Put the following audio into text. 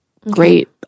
great